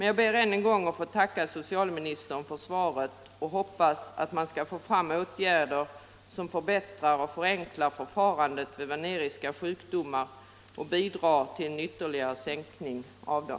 Jag ber än en gång att få tacka socialministern för svaret och hoppas att man skall få fram åtgärder som förbättrar och förenklar förfarandet vid veneriska sjukdomar och bidrar till en ytterligare minskning av dem.